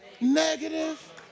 negative